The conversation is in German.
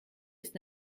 ist